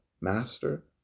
Master